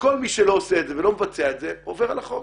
וכל מי שלא עושה ולא מבצע את זה עובר על החוק.